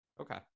Okay